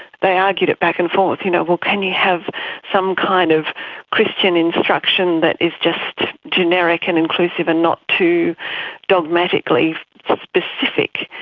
they argued it back and forth, you know, well, can you have some kind of christian instruction that is just generic and inclusive and not too dogmatically specific.